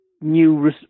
new